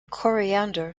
coriander